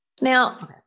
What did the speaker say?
Now